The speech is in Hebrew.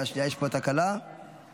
אם